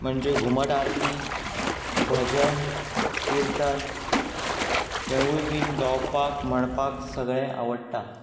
म्हणजे घुमट आरती भजन किर्तन हेवूय बीन गावपाक म्हणपाक सगळें आवडटा